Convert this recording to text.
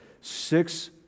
six